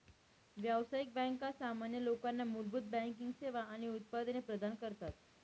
व्यावसायिक बँका सामान्य लोकांना मूलभूत बँकिंग सेवा आणि उत्पादने प्रदान करतात